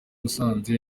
musanze